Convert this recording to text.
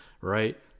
right